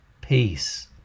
peace